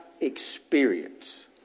experience